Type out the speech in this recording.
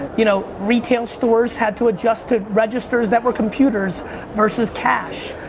you know, retail stores had to adjust to registers that were computers versus cash.